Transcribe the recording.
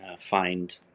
find